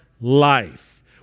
life